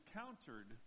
countered